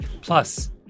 Plus